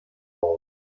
vol